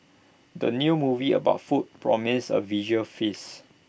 the new movie about food promises A visual feast